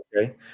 Okay